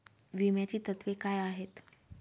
विम्याची तत्वे काय आहेत?